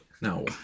No